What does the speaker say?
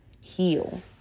heal